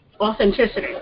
authenticity